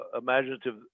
imaginative